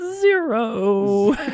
zero